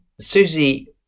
Susie